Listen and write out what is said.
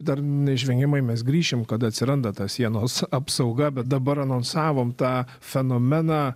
dar neišvengimai mes grįšim kada atsiranda ta sienos apsauga bet dabar anonsavom tą fenomeną